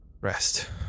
rest